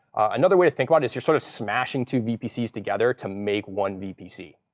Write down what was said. another way to think about it is you're sort of smashing two vpcs together to make one vpc.